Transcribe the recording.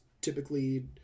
typically